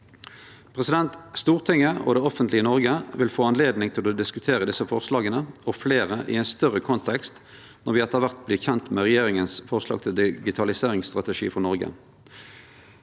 Stortinget og det offentlege Noreg vil få anledning til å diskutere desse og fleire forslag i ein større kontekst når me etter kvart vert kjende med regjeringas forslag til digitaliseringsstrategi for Noreg.